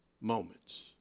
moments